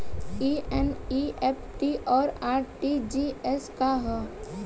ई एन.ई.एफ.टी और आर.टी.जी.एस का ह?